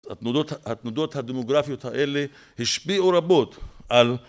התנודות הדמוגרפיות האלה השפיעו רבות על